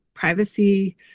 privacy